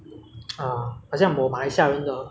因为来新加坡每个人都是很多烦恼 ah